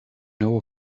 know